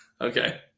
Okay